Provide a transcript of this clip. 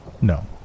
No